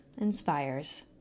inspires